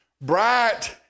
bright